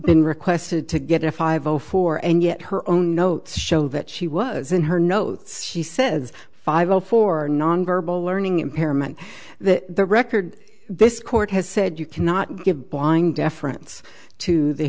been requested to get a five o four and yet her own notes show that she was in her notes she says five o four nonverbal learning impairment that the record this court has said you cannot give blind deference to the